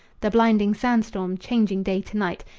the blinding sand-storm, changing day to night,